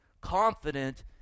confident